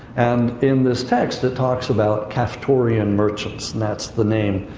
and in this text, it talks about caphtorian merchants. that's the name.